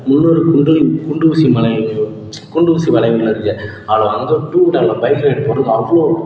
முண்ணூறு குண்டூசி மலை குண்டூசி மலையினு ஒன்று இருக்குது அதில் அங்கே டூவீலரெலாம் பைக் ரைட்டில் போகிறதுக்கு அவ்வளோ